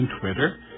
Twitter